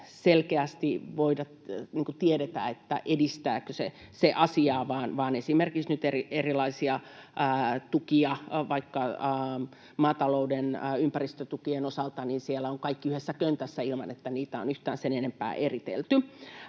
selkeästi voida tietää, edistävätkö ne asiaa, esimerkiksi nyt erilaisia tukia, ja vaikkapa maatalouden ympäristötukien osalta kaikki ovat siellä yhdessä köntässä, ilman että niitä on yhtään sen enempää eritelty.